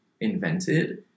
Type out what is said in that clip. invented